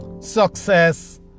success